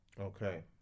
Okay